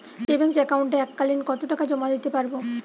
Savings একাউন্টে এক কালিন কতটাকা জমা দিতে পারব?